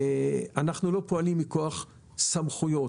אנחנו לא פועלים מכוח סמכויות,